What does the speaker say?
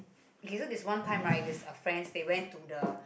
okay so there's one time right there's a friends they went to the